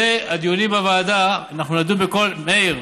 ובדיונים בוועדה אנחנו נדון בכל, מאיר,